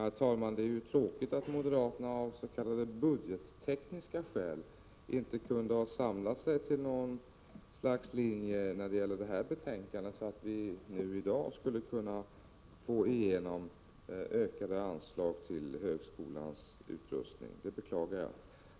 Herr talman! Det är tråkigt att moderaterna av s.k. budgettekniska skäl inte kunde samla sig till något slags linje när det gäller det här betänkandet, så att vi nu i dag skulle ha kunnat få igenom ökade anslag till högskolans utrustning. Det beklagar jag.